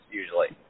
usually